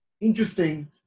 interesting